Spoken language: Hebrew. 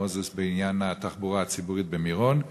מוזס בעניין התחבורה הציבורית למירון.